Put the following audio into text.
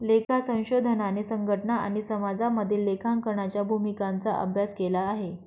लेखा संशोधनाने संघटना आणि समाजामधील लेखांकनाच्या भूमिकांचा अभ्यास केला आहे